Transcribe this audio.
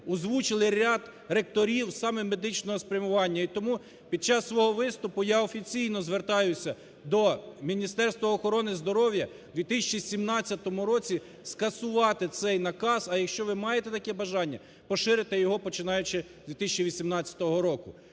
озвучили ряд ректорів саме медичного спрямування. І тому під час свого виступу, я офіційно звертаюся до Міністерства охорони здоров'я, в 2017 році скасувати цей наказ, а якщо ви маєте таке бажання, поширити його починаючи з 2018 року.